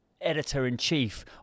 editor-in-chief